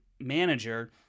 manager